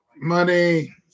Money